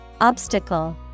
Obstacle